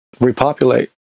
repopulate